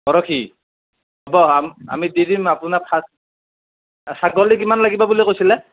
পৰহি হ'ব আমি আমি দি দিম আপোনাক ছাগলী কিমান লাগিব বুলি কৈছিলে